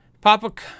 Papa